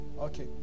Okay